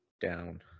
down